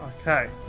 Okay